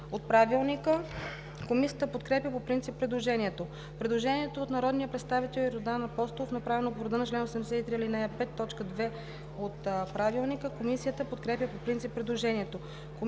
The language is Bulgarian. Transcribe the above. от Правилника. Комисията подкрепя по принцип предложението. Предложение от народния представител Йордан Апостолов, направено по реда на чл. 83, ал. 5, т. 2 от Правилника. Комисията подкрепя по принцип предложението.